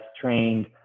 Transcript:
trained